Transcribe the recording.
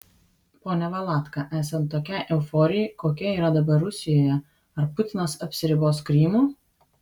pone valatka esant tokiai euforijai kokia yra dabar rusijoje ar putinas apsiribos krymu